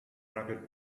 rapid